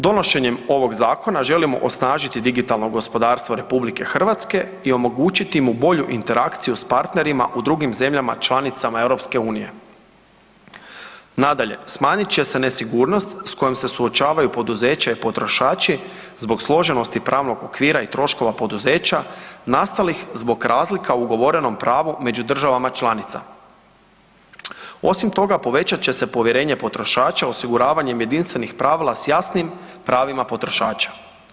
Donošenjem ovog zakona želimo osnažiti digitalno gospodarstvo RH i omogućiti mu bolju interakciju s partnerima u drugim zemljama članicama EU. nadalje, smanjit će se nesigurnost s kojom se suočavaju poduzeća i potrošači zbog složenosti pravnog okvira i troškova poduzeća nastalih zbog razlika u ugovorenom pravu među državama članica, osim toga povećat će se povjerenje potrošača osiguravanjem jedinstvenih pravila s jasnim pravima potrošača.